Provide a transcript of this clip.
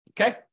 Okay